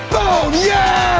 oh yeah,